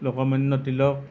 Lokmanya Tilak